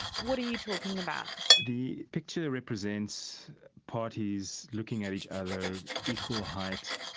what are you talking about? the picture represents parties looking at each other, equal height,